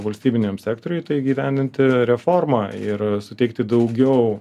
valstybiniam sektoriui tai įgyvendinti reformą ir suteikti daugiau